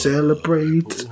Celebrate